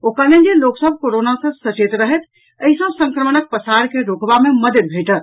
ओ कहलनि जे लोक सभ कोरोना सँ सचेत रहथि एहि सँ संक्रमणक पसार के रोकबा मे मददि भेटत